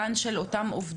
חשוב.